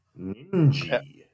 Ninji